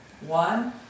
one